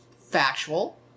factual